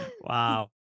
Wow